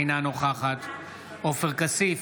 אינה נוכחת עופר כסיף,